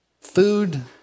Food